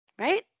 Right